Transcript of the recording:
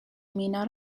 مینا